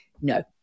No